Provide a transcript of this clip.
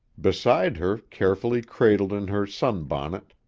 beside her, carefully cradled in her sunbonnet,